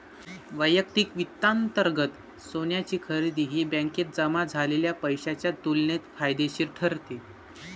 वैयक्तिक वित्तांतर्गत सोन्याची खरेदी ही बँकेत जमा झालेल्या पैशाच्या तुलनेत फायदेशीर ठरते